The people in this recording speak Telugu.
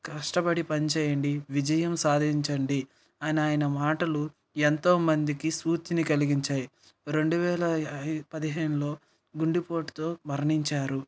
కష్టపడి పని చేయండి విజయం సాధించండి అని ఆయన మాటలు ఎంతోమందికి స్ఫూర్తిని కలిగించాయి రెండువేల పదిహేనులో గుండెపోటుతో మరణించారు